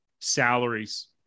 salaries